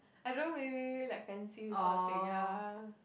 I don't really like fancy this sort of thing ya